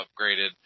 upgraded